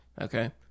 okay